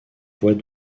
bois